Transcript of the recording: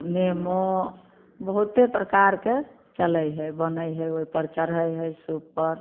नेमो बहुते प्रकारके चलै है बनै है ओहिपर चढ़ै है सूप पर